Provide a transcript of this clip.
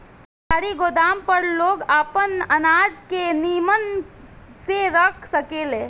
सरकारी गोदाम पर लोग आपन अनाज के निमन से रख सकेले